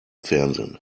fernsehen